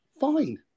fine